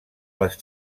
les